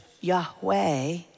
Yahweh